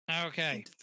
Okay